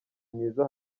myiza